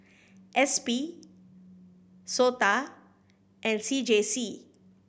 S P SOTA and C J C